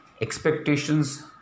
expectations